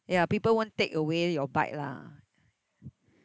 ya people won't take away your bike lah